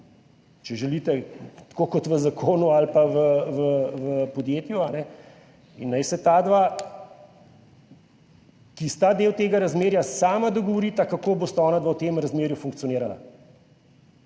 če želite, tako kot v zakonu ali pa v podjetju in naj se ta dva, ki sta del tega razmerja, sama dogovorita, kako bosta onadva v tem razmerju funkcionirala